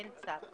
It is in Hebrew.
אין צו.